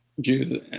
Jews